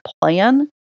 plan